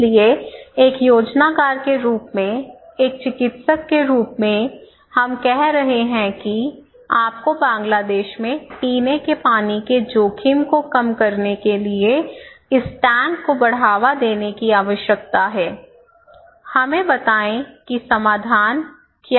इसलिए एक योजनाकार के रूप में एक चिकित्सक के रूप में हम कह रहे हैं कि आपको बांग्लादेश में पीने के पानी के जोखिम को कम करने के लिए इस टैंक को बढ़ावा देने की आवश्यकता है हमें बताएं कि समाधान क्या है